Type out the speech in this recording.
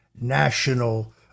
National